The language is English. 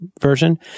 version